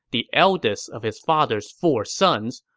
the eldest of his father's four sons,